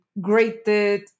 grated